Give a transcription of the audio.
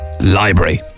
Library